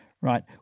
right